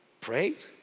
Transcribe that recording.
prayed